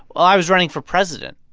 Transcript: i was running for president.